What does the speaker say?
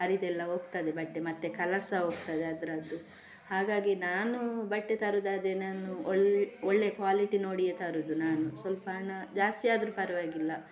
ಹರಿದೆಲ್ಲ ಹೋಗ್ತದೆ ಬಟ್ಟೆ ಮತ್ತೆ ಕಲರ್ ಸಹ ಹೋಗ್ತದೆ ಅದರದ್ದು ಹಾಗಾಗಿ ನಾನು ಬಟ್ಟೆ ತರೋದಾದ್ರೆ ನಾನು ಒಳ್ ಒಳ್ಳೆ ಕ್ವಾಲಿಟಿ ನೋಡಿಯೇ ತರೋದು ನಾನು ಸ್ವಲ್ಪ ಹಣ ಜಾಸ್ತಿ ಆದರು ಪರವಾಗಿಲ್ಲ